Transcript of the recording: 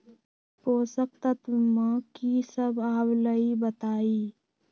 पोषक तत्व म की सब आबलई बताई?